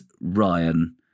Ryan